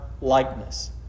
likeness